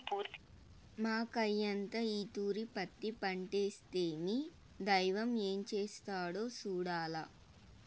మాకయ్యంతా ఈ తూరి పత్తి పంటేస్తిమి, దైవం ఏం చేస్తాడో సూడాల్ల